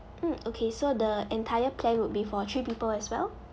mm okay so the entire plan would be for three people as well